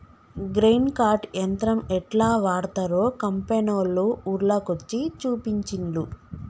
grain cart యంత్రం యెట్లా వాడ్తరో కంపెనోళ్లు ఊర్ల కొచ్చి చూపించిన్లు